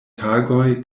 tagoj